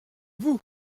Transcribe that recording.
vous